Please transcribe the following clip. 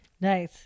Nice